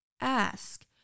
Ask